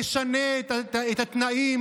נשנה את התנאים,